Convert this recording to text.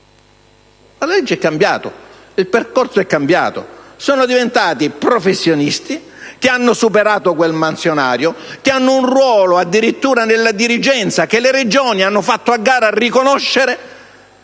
La legge è cambiata. Il percorso è cambiato. Sono diventati professionisti, che hanno superato quel mansionario, che hanno un ruolo addirittura nella dirigenza, che le Regioni hanno fatto a gara a riconoscere,